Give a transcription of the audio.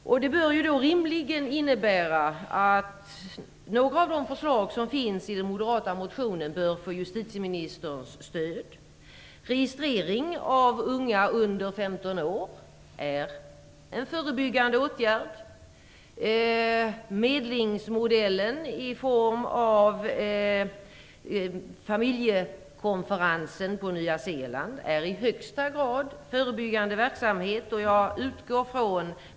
Det bör rimligen innebära att några av de förslag som finns i den moderata motionen bör få justitieministerns stöd. Registrering av unga under 15 år är en förebyggande åtgärd. Medlingsmodellen i form av familjekonferensen på Nya Zeeland är i högsta grad en förebyggande verksamhet.